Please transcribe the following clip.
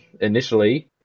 initially